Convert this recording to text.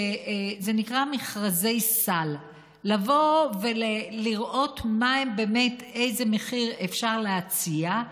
זה נקרא מכרזי סל: לבוא ולראות איזה מחיר אפשר להציע,